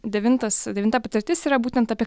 devintas devinta patirtis yra būtent apie